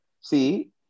see